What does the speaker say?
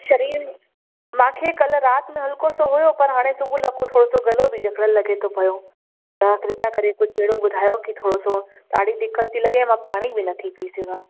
शरीरु मूंखे कल्ह राति में हल्को सो हुयो पर हाणे सुबुह लाकों थोरो सो गलो बि जकिड़ियल लॻे थो पियो तव्हां कृप्या करे कुझु अहिड़ो ॿुधायो के थोरो सो ॾाढी दिक़तु थी लॻे मां पाणी बि नथी पइ सघां